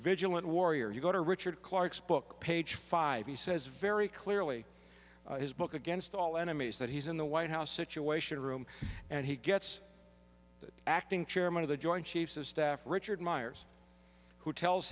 vigilant warrior you go to richard clarke's book page five he says very clearly his book against all enemies that he's in the white house situation room and he gets the acting chairman of the joint chiefs of staff richard myers who tells